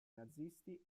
nazisti